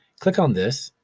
click on this,